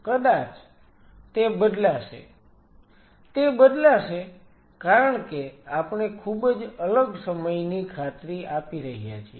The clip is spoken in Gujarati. કદાચ તે બદલાશે તે બદલાશે કારણ કે આપણે ખૂબ જ અલગ સમયની ખાતરી આપી રહ્યા છીએ